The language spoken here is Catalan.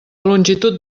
longitud